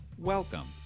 Welcome